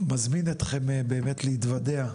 מזמין אתכם באמת, להתוודע,